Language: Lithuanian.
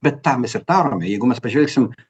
bet tą mes ir darome jeigu mes pažvelgsim